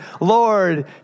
Lord